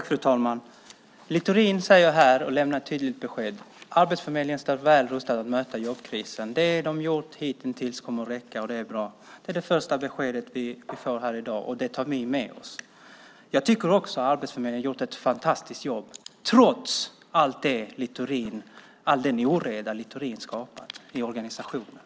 Fru talman! Littorin lämnar här ett tydligt besked: Arbetsförmedlingen står väl rustad för att möta jobbkrisen. Det de gjort hitintills kommer att räcka och är bra. Det är det första beskedet vi får här i dag, och det tar vi med oss. Också jag tycker att Arbetsförmedlingen har gjort ett fantastiskt jobb trots all den oreda som Littorin skapat i organisationen.